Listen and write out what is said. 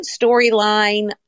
storyline